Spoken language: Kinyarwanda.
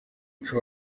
muco